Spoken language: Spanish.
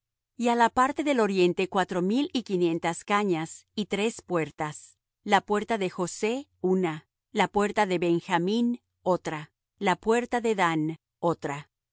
á la parte del oriente cuatro mil y quinientas cañas y tres puertas la puerta de josé una la puerta de benjamín otra la puerta de dan otra y á